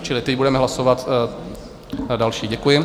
Čili teď budeme hlasovat další, děkuji.